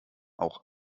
auch